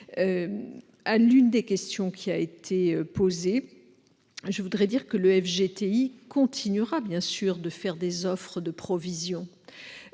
À l'une des questions qui ont été posées, je répondrai que le FGTI continuera, bien sûr, de faire des offres de provision